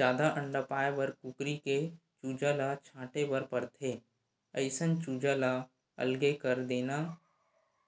जादा अंडा पाए बर कुकरी के चूजा ल छांटे बर परथे, अइसन चूजा ल अलगे कर देना